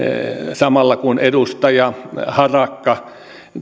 samalla kun edustaja harakka